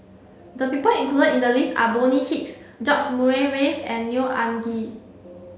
the people includ in the list are Bonny Hicks George Murray Reith and Neo Anngee